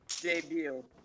Debut